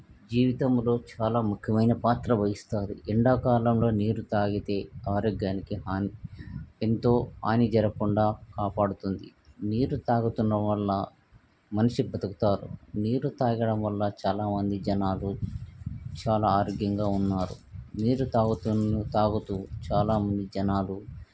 జీవితంలో చాలా ముఖ్యమైన పాత్ర వహిస్తారు ఎండాకాలంలో నీరు తాగితే ఆరోగ్యానికి హాని ఎంతో హాని జరగకుండా కాపాడుతుంది నీరు తాగుతున్న వాళ్ళ మనిషి బ్రతుకుతారు నీరు తాగడం వల్ల చాలామంది జనాలు చాలా ఆరోగ్యంగా ఉన్నారు మీరు తాగుతున్న తాగుతూ చాలామంది జనాలు